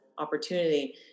opportunity